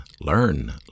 learn